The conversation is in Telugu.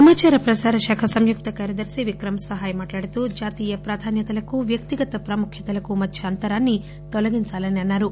సమాచార ప్రసార శాఖ సంయుక్త కార్యదర్ని విక్రమ్ సహాయ్ మాట్లాడుతూ జాతీయ ప్రాధాన్యతలకు వ్యక్తిగత ప్రాముఖ్యతలకు మధ్య అంతరాన్ని తోలగించాలని అన్నారు